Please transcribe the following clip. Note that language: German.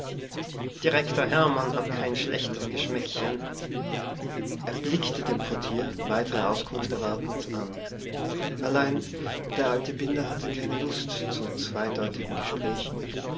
hermann hat kein schlechtes geschmäckchen er blickte den portier weitere auskunft erwartend an allein der alte binder hatte keine lust zu zweideutigen gesprächen